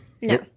No